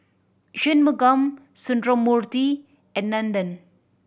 Shunmugam Sundramoorthy and Nandan